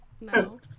No